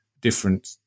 different